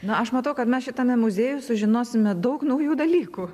na aš matau kad mes šitame muziejuje sužinosime daug naujų dalykų